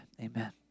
Amen